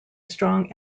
strong